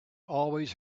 always